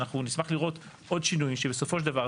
אנחנו נשמח לראות עוד שינויים שבסופו של דבר,